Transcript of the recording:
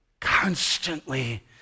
constantly